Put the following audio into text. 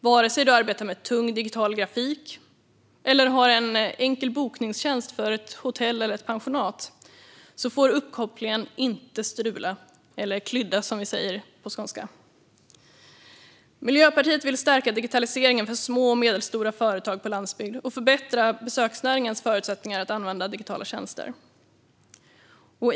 Vare sig du arbetar med tung digital grafik eller har en enkel bokningstjänst för ett hotell eller ett pensionat får uppkopplingen inte strula, eller klydda, som vi säger på skånska. Miljöpartiet vill stärka digitaliseringen för små och medelstora företag på landsbygden och förbättra besöksnäringens förutsättningar att använda digitala tjänster.